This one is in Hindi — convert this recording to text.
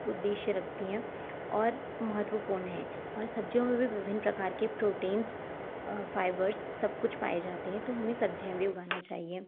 उद्देश्य रखती है और महत्वपूर्ण है और सब्जियों में भी विभिन्न प्रकार के प्रोटीन्स फायबर्स सब कुछ पाए जाते हैं तो हमें सब्जियाँ भी उगाना चाहिए